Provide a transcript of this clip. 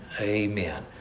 Amen